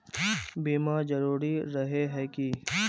बीमा जरूरी रहे है की?